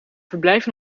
verblijf